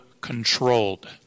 controlled